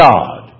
God